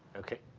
okay.